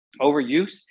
overuse